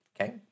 okay